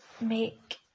make